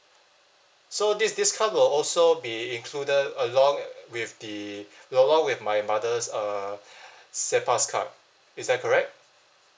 so this this card will also be included along with the along with my mother's uh Singpass card is that correct